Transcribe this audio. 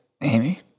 Amy